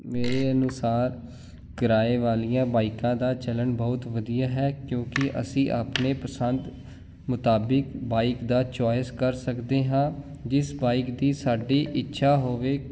ਮੇਰੇ ਅਨੁਸਾਰ ਕਿਰਾਏ ਵਾਲੀਆਂ ਬਾਈਕਾਂ ਦਾ ਚਲਨ ਬਹੁਤ ਵਧੀਆ ਹੈ ਕਿਉਂਕਿ ਅਸੀਂ ਆਪਣੇ ਪਸੰਦ ਮੁਤਾਬਿਕ ਬਾਈਕ ਦਾ ਚੋਇਸ ਕਰ ਸਕਦੇ ਹਾਂ ਜਿਸ ਬਾਈਕ ਦੀ ਸਾਡੀ ਇੱਛਾ ਹੋਵੇ